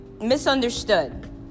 misunderstood